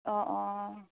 অঁ অঁ